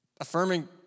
affirming